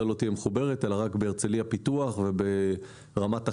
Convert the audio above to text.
לא תהיה מחוברת אלא רק בהרצליה פיתוח וברמת החייל,